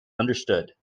understood